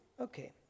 Okay